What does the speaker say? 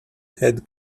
had